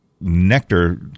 nectar